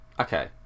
Okay